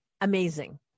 amazing